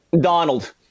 Donald